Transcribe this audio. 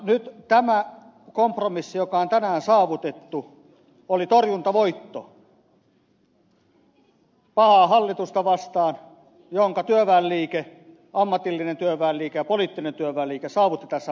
nyt tämä kompromissi joka on tänään saavutettu oli pahaa hallitusta vastaan torjuntavoitto jonka työväenliike ammatillinen työväenliike ja poliittinen työväenliike saavutti tässä maassa